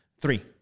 Three